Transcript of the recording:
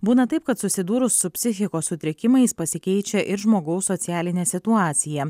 būna taip kad susidūrus su psichikos sutrikimais pasikeičia ir žmogaus socialinė situacija